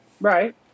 Right